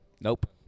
Nope